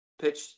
Pitch